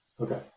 Okay